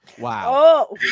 Wow